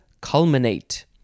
culminate